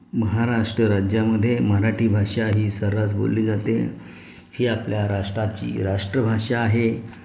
महाराष्ट्र राज्यामध्ये मराठी भाषा ही सर्रास बोलली जाते ही आपल्या राष्ट्राची राष्ट्रभाषा आहे